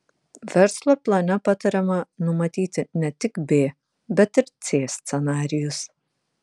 verslo plane patariama numatyti ne tik b bet ir c scenarijus